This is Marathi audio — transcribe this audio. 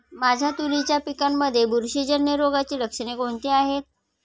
माझ्या तुरीच्या पिकामध्ये बुरशीजन्य रोगाची लक्षणे कोणती आहेत?